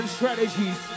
strategies